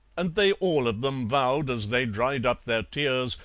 and they all of them vowed, as they dried up their tears,